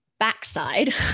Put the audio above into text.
backside